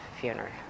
funeral